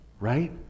Right